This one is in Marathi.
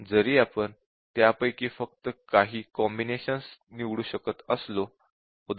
जरी आपण त्यापैकी फक्त काही कॉम्बिनेशन्स निवडू शकत असलो उदा